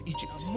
Egypt